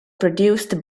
produced